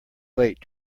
late